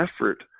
effort